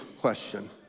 question